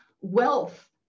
wealth